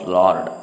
lord